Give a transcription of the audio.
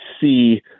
see